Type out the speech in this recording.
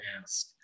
ask